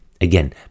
again